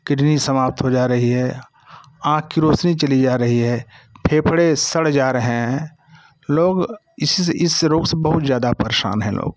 kidney समाप्त हो जा रही है आँख की रोशनी चली जा रही है फेफड़े सड़ जा रहे हैं लोग इसी से इस रोग से बहुत ज़्यादा परेशान हैं लोग